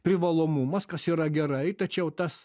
privalomumas kas yra gerai tačiau tas